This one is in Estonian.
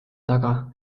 taga